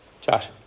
Josh